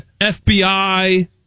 FBI